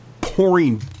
pouring